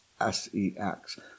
S-E-X